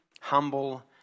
humble